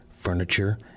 furniture